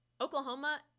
Oklahoma